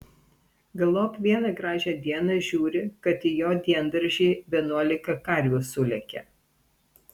galop vieną gražią dieną žiūri kad į jo diendaržį vienuolika karvių sulėkė